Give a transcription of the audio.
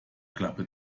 klappe